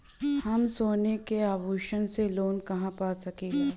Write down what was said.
हम सोने के आभूषण से लोन कहा पा सकीला?